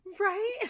Right